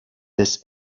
des